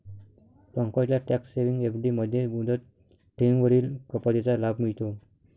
पंकजला tax saving FD मध्ये मुदत ठेवींवरील कपातीचा लाभ मिळतो